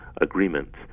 agreements